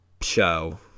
Show